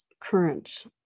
currents